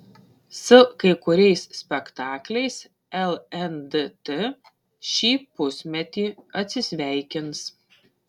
su kai kuriais spektakliais lndt šį pusmetį atsisveikins